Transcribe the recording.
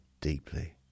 deeply